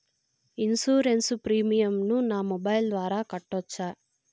Insurance premium ను నా mobile ద్వారా కట్టొచ్చా?